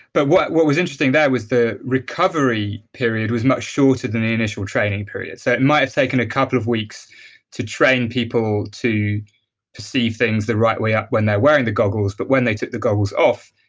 but what what was interesting though was the recovery period was much shorter than the initial training period. so it might have taken a couple of weeks to train people to perceive things the right way ah when they're wearing the goggles, but when they took the goggles off,